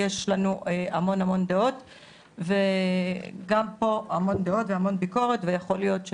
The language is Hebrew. יש לנו המון המון דעות וגם פה המון דעות והמון ביקורת ויכול להיות,